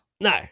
No